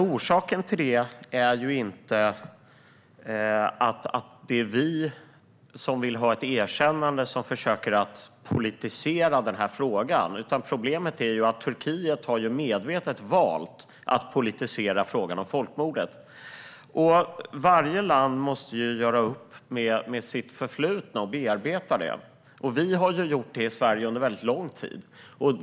Orsaken till det är inte att det är vi som vill ha ett erkännande som försöker politisera den här frågan, utan problemet är ju att Turkiet medvetet har valt att politisera frågan om folkmordet. Varje land måste göra upp med sitt förflutna och bearbeta det. Vi i Sverige har gjort det under lång tid.